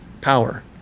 power